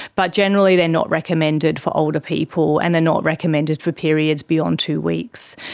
but generally they're not recommended for older people and they're not recommended for periods beyond two weeks.